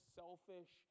selfish